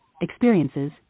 experiences